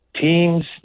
teams